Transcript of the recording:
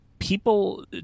people